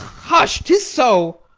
hush, tis so.